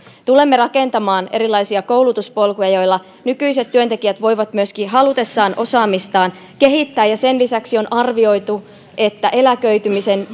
koulutettuja tulemme rakentamaan erilaisia koulutuspolkuja joilla myöskin nykyiset työntekijät voivat halutessaan osaamistaan kehittää ja sen lisäksi on arvioitu että myöskin eläköitymisen